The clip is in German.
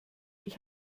ich